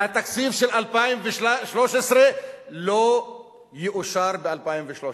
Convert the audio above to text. התקציב של 2013 לא יאושר ב-2013,